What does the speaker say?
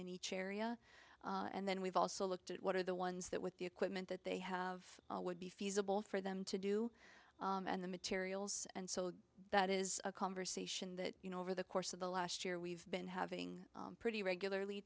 in each area and then we've also looked at what are the ones that with the equipment that they have would be feasible for them to do and the materials and so that is a conversation that you know over the course of the last year we've been having pretty regularly